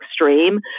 extreme